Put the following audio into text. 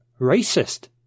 racist